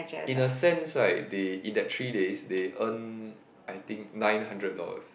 in a sense right they in that three days they earn I think nine hundred dollars